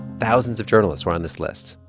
thousands of journalists were on this list,